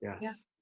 yes